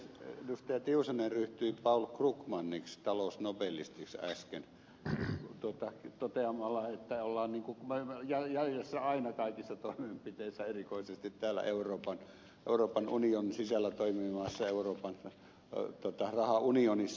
tiusanen ryhtyi paul krugmaniksi talousnobelistiksi äsken toteamalla että ollaan jäljessä aina kaikissa toimenpiteissä erikoisesti täällä euroopan unionin sisällä toimivassa euroopan rahaunionissa